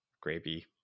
gravy